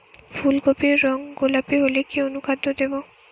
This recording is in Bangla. ফুল কপির রং গোলাপী হলে কি অনুখাদ্য দেবো?